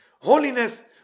Holiness